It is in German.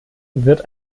wird